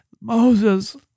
Moses